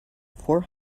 four